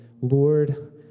Lord